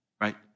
right